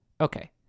Okay